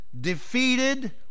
defeated